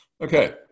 Okay